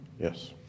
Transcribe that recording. Yes